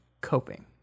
coping